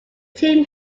team